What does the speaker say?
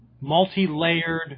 multi-layered